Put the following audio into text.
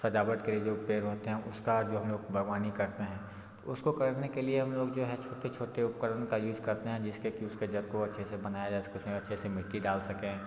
सजावट के लिए जो पेड़ होते हैं उसका जो हम लोग बागवानी करते हैं उसको करने के लिए हम लोग जो हैं छोटे छोटे उपकरण का यूज़ करते हैं जिसके कि उसके जड़ को अच्छे से बनाया जा सके उसमें अच्छे से मिट्टी डाल सकें